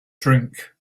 drink